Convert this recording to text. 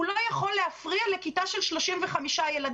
הוא לא יכול להפריע לכיתה של 35 ילדים.